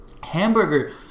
Hamburger